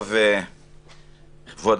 לפני